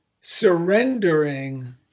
surrendering